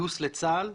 בגיוס לצה"ל,